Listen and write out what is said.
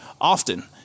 often